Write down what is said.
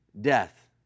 death